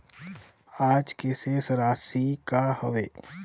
आज के शेष राशि का हवे?